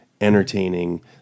entertaining